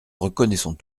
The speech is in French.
reconnaissons